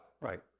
Right